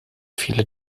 viele